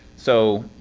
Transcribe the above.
so